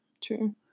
True